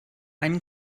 einen